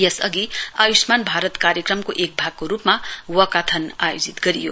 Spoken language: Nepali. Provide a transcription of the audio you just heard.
यस अघि आयुष्मान भारत कार्यक्रमको एक भागको रूपमा वकाथन आयोजित गरियो